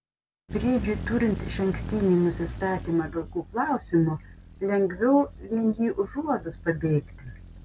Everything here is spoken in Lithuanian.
briedžiui turint išankstinį nusistatymą vilkų klausimu lengviau vien jį užuodus pabėgti